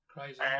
Crazy